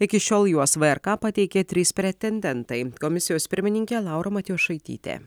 iki šiol juos vrk pateikė trys pretendentai komisijos pirmininkė laura matjošaitytė